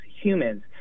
humans